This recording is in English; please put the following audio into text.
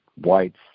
whites